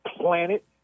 planet